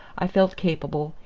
i felt capable,